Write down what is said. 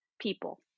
people